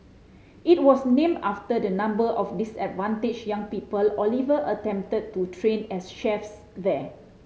it was named after the number of disadvantaged young people Oliver attempted to train as chefs there